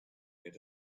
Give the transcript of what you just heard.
get